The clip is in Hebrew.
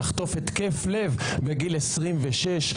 לחטוף התקף לב בגיל 26,